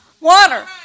water